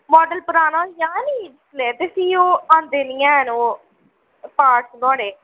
model पराना होई जा नी जिसलै ते फ्ही ओह् औंदे निं हैन पार्ट नुआढ़े